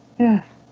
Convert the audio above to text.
yes